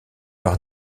par